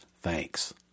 thanks